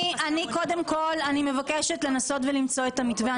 אני קודם כל מבקשת לנסות ולמצוא את המתווה.